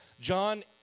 John